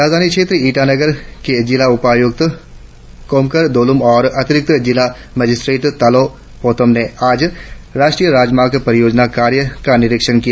राजधानी क्षेत्र ईटानगर के जिला उपायुक्त कोमकर दुलोम और अतिरिक्त जिला मजिस्ट्रेट तालो पोतम ने आज राष्ट्रीय राजमार्ग परियोजना कार्य का निरीक्षण किया